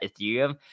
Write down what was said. Ethereum